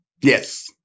Yes